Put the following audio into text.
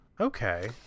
okay